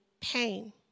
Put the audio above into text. pain